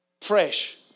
Fresh